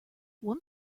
one